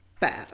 bad